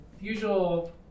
Usual